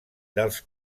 dels